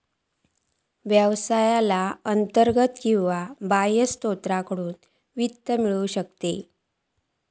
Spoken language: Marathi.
व्यवसायाक अंतर्गत किंवा बाह्य स्त्रोतांकडसून वित्त मिळू शकता